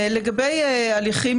לגבי הליכים